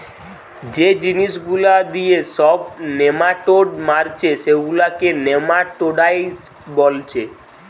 যে জিনিস গুলা দিয়ে সব নেমাটোড মারছে সেগুলাকে নেমাটোডসাইড বোলছে